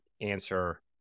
answer